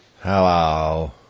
Hello